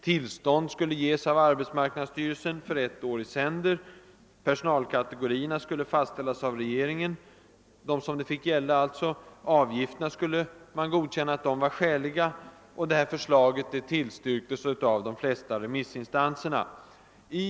Tillstånd skulle ges av arbetsmarknadsstyrelsen för ett år i sänder. Vilka personalkategorier det skulle gälla vorde fastställas av regeringen. Mynligheterna skulle godkänna att avgifterna var skäliga. Förslaget tillstyrktes av de flesta remissinstanserna.